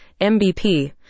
MBP